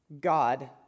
God